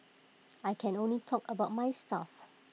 I can only talk about my stuff